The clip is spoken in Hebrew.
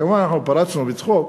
כמובן אנחנו פרצנו בצחוק,